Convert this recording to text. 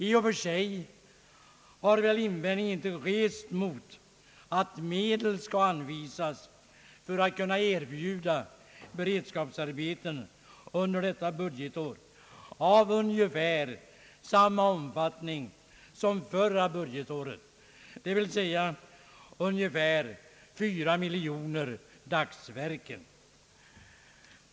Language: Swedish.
I och för sig har väl någon invändning icke rests mot att medel skall anvisas för att kunna erbjuda beredskapsarbeten under detta budgetår i ungefär samma omfattning som förra året, dvs. cirka 4 miljoner dagsverken.